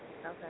Okay